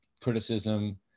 criticism